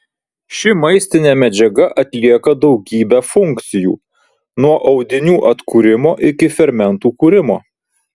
ši maistinė medžiaga atlieka daugybę funkcijų nuo audinių atkūrimo iki fermentų kūrimo